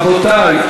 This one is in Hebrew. רבותי.